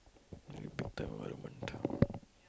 very bitter environment